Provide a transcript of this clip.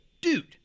dude